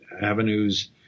avenues